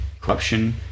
corruption